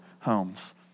homes